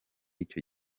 icyo